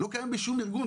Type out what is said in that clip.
לא קיים בשום ארגון.